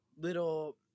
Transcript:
little